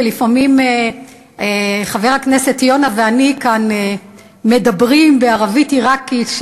ולפעמים חבר הכנסת יונה ואני מדברים כאן בערבית עיראקית,